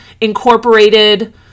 incorporated